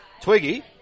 Twiggy